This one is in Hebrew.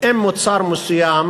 אם מוצר מסוים